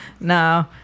no